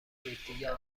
یکدیگر